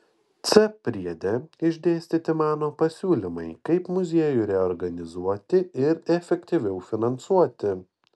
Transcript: c priede išdėstyti mano pasiūlymai kaip muziejų reorganizuoti ir efektyviau finansuoti